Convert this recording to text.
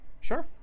Sure